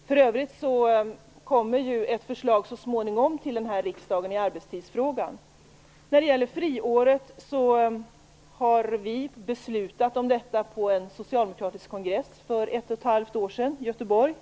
För övrigt kommer ju ett förslag så småningom till riksdagen i arbetstidsfrågan. När det gäller friåret har vi beslutat om detta på en socialdemokratisk kongress för 11⁄2 år sedan i Göteborg.